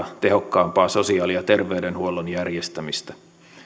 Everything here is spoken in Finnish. tehokkaampaa sosiaali ja terveydenhuollon järjestämistä